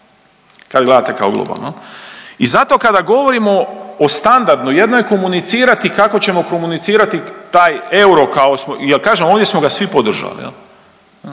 kad gledate kao globalno. I zato kada govorimo o standardu, jedno je komunicirati kako ćemo komunicirati taj euro, kao smo, jer kažem, ovdje smo ga svi podržali